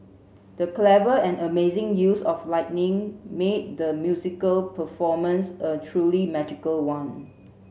the clever and amazing use of lighting made the musical performance a truly magical one